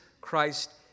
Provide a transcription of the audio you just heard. Christ